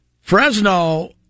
Fresno